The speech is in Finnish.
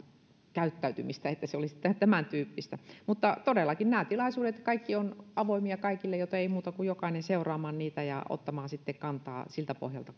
käyttäytymistä että se olisi tämäntyyppistä mutta todellakin kaikki nämä tilaisuudet ovat avoimia kaikille joten ei muuta kuin jokainen seuraamaan niitä ja ottamaan sitten kantaa siltä pohjalta